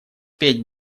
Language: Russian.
петь